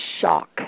shock